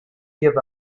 give